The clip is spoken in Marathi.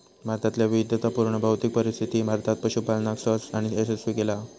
भारतातल्या विविधतापुर्ण भौतिक परिस्थितीनी भारतात पशूपालनका सहज आणि यशस्वी केला हा